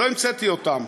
לא המצאתי אותם,